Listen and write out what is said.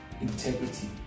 integrity